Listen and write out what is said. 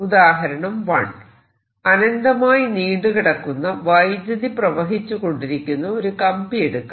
ഉദാഹരണം 1 അനന്തമായി നീണ്ടുകിടക്കുന്ന വൈദ്യുതി പ്രവഹിച്ചു കൊണ്ടിരിക്കുന്ന ഒരു കമ്പി എടുക്കാം